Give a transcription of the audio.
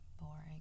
boring